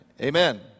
Amen